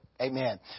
Amen